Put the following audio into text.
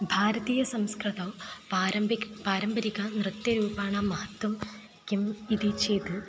भारतीयसंस्कृतौ पारम्परिकं पारम्परिकं नृत्यरूपाणां महत्त्वं किम् इति चेत्